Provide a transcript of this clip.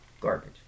garbage